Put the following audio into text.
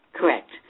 Correct